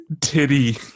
Titty